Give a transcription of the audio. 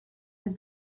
his